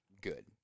good